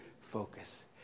focus